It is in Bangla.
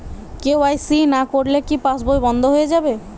কে.ওয়াই.সি না করলে কি পাশবই বন্ধ হয়ে যাবে?